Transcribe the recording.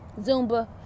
Zumba